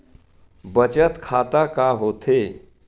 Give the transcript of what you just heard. बचत खाता का होथे?